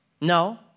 No